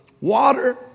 Water